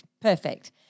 Perfect